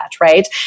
right